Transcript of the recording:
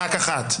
רק אחת.